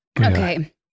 Okay